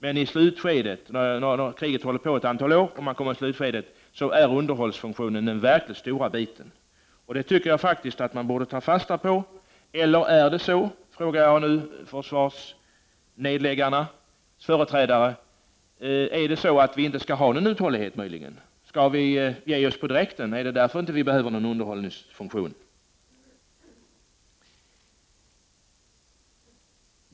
När kriget har pågått ett antal år har underhållsfunktionen blivit den verkligt stora biten. Jag tycker som sagt att man borde ta fasta på detta, eller är det så, vill jag fråga dem som önskar en försvarsnedläggning, att vi inte skall ha någon uthållighet? Skall vi ge oss direkt? Är det därför som vi inte behöver någon underhållsfunktion?